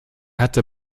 hatte